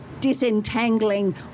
disentangling